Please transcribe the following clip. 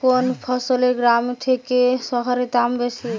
কোন ফসলের গ্রামের থেকে শহরে দাম বেশি?